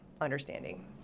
understanding